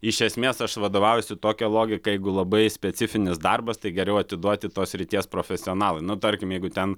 iš esmės aš vadovaujuosi tokia logika jeigu labai specifinis darbas tai geriau atiduoti tos srities profesionalui nu tarkim jeigu ten